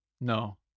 No